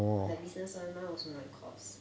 the business [one] mine was from my course